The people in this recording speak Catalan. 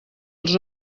els